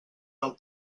del